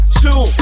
two